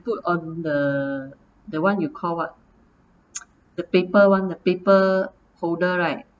put on the the what you call what the paper one paper holder right